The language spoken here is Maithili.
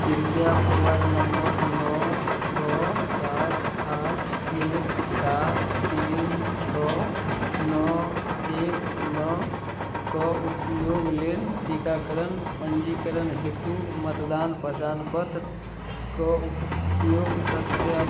कृपया मोबाइल नंबर नओ छओ सात आठ एक सात तीन छओ नओ एक नओ के उपयोग लेल टीकाकरण पंजीकरण हेतु मतदान पहचान पत्र के उपयोग सत्या